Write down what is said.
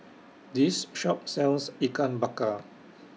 This Shop sells Ikan Bakar